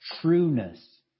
trueness